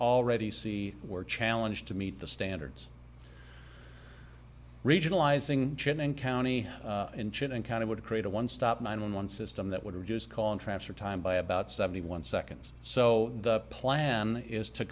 already see we're challenged to meet the standards regionalizing chin and county in chief and kind of would create a one stop nine one one system that would reduce calling transfer time by about seventy one seconds so the plan is to